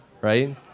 right